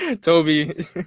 Toby